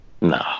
No